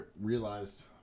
realized